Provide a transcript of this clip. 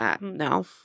No